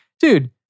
dude